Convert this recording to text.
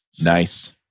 Nice